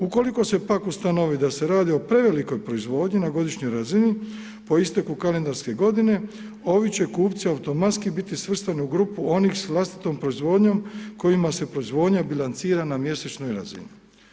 Ukoliko se pak ustanovi da se radi o prevelikoj proizvodnji na godišnjoj razini po isteku kalendarske godine, ovi će kupci automatski biti svrstani u grupu onih s vlastitom proizvodnjom kojima se proizvodnja bilancira na mjesečnoj razini.